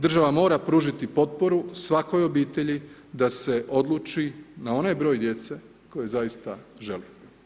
Država mora pružiti potporu svakoj obitelji da se odluči na onaj broj djece koje zaista žele.